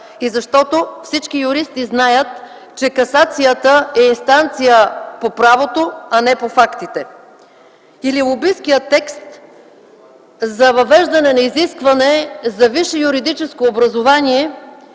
адвокат. Всички юристи знаят, че касацията е инстанция по правото, а не по фактите. Да вземем лобисткия текст за въвеждане на изискване за висше юридическо образование